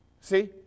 See